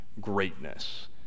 greatness